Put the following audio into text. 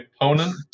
opponent